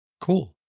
Cool